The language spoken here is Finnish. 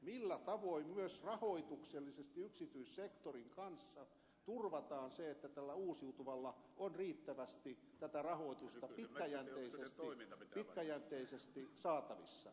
millä tavoin myös rahoituksellisesti yksityissektorin kanssa turvataan se että tällä uusiutuvalla on riittävästi tätä rahoitusta pitkäjänteisesti saatavissa